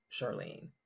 Charlene